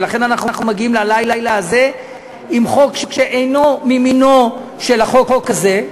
ולכן אנחנו מגיעים ללילה הזה עם חוק שאינו ממינו של החוק הזה,